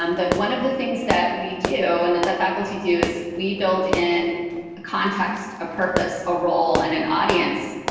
um but one of the things that we do, and that the faculty do, is we build in a context, a purpose, a role, and an audience,